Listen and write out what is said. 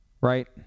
Right